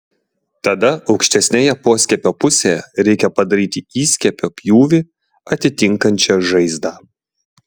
tada aukštesnėje poskiepio pusėje reikia padaryti įskiepio pjūvį atitinkančią žaizdą